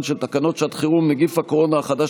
של תקנות שעת חירום (נגיף הקורונה החדש,